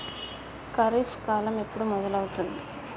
ఖరీఫ్ కాలం ఎప్పుడు మొదలవుతుంది?